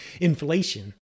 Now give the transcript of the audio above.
inflation